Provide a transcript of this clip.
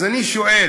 אז אני שואל,